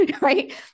right